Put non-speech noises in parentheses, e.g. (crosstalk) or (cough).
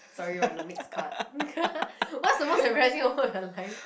sorry we're on the next card (laughs) what's the most embarrassing moment of your life